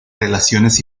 relaciones